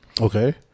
Okay